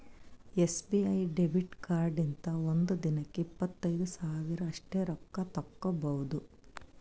SBI debit ಕಾರ್ಡ್ಲಿಂತ ಒಂದ್ ದಿನಕ್ಕ ಇಪ್ಪತ್ತೈದು ಸಾವಿರ ಅಷ್ಟೇ ರೊಕ್ಕಾ ತಕ್ಕೊಭೌದು